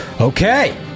Okay